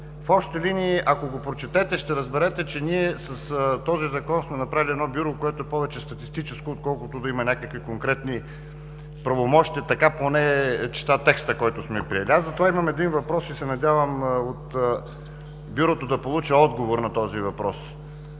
в общи линии, ако го прочетете, ще разберете, че с този Закон сме направили Бюро, което е повече статистическо, отколкото да има някакви конкретни правомощия – така поне чета текста, който сме приели. Затова имам въпрос и се надявам от Бюрото да получа отговор на този въпрос.